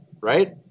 right